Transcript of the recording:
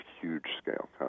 huge-scale